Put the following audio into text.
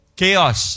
chaos